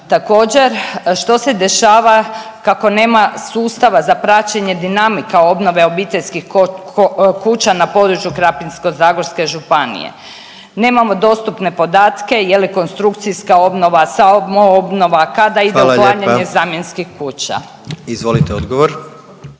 Također što se dešava kako nema sustava za praćenje dinamike obnove obiteljskih kuća na području Krapinsko-zagorske županije nemamo dostupne podatke je li konstrukcija obnova, samoobnova, kada ide … …/Upadica predsjednik: Hvala lijepa./…